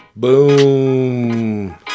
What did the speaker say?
Boom